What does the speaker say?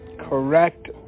correct